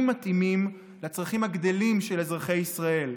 מתאימים לצרכים הגדלים של אזרחי ישראל.